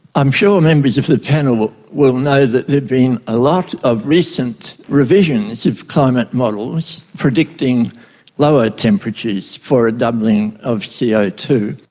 i'm sure ah members of the panel will know that been a lot of recent revisions of climate models predicting lower temperatures for a doubling of c o two.